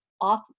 off